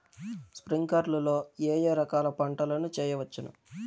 స్ప్రింక్లర్లు లో ఏ ఏ రకాల పంటల ను చేయవచ్చును?